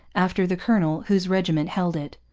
after the colonel whose regiment held it.